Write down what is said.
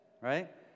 right